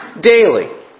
daily